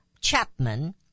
Chapman